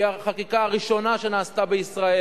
היא החקיקה הראשונה שנעשתה בישראל,